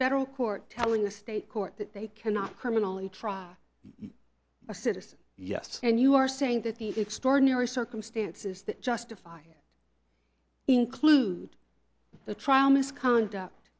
federal court telling the state court that they cannot criminally try a citizen yes and you are saying that the extraordinary circumstances that justify include the trial